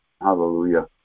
Hallelujah